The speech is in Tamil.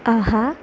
ஆஹா